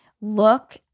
look